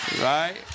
Right